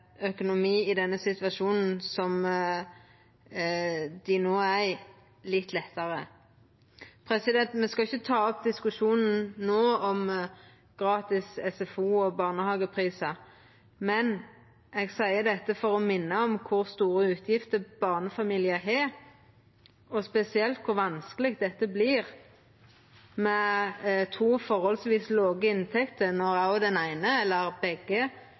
i den situasjonen dei no er i, litt lettare. Me skal ikkje ta opp diskusjonen no om gratis SFO og barnehageprisar, men eg seier dette for å minna om kor store utgifter barnefamiliar har – og spesielt kor vanskeleg dette vert med to nokså låge inntekter når òg den eine, eller begge,